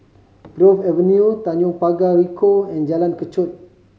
Grove Avenue Tanjong Pagar Ricoh and Jalan Kechot